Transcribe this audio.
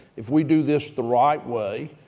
if we do this the right way,